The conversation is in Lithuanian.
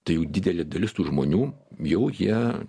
tai jau didelė dalis tų žmonių jau jie